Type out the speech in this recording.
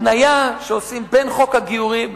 שעושים בין חוק הגיורים,